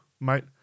mate